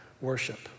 worship